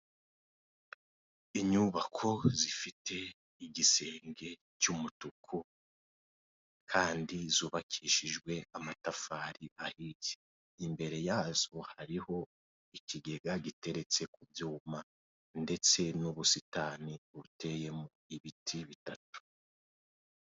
Inyubako zifite igisenge cy'umutuku kandi zubakishijwe amatafari ahiye, imbere yazo hariho ikigega giteretse ku byuma ndetse n'ubusitani buteyemo ibiti bitatu.